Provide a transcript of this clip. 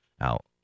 Out